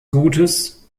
gutes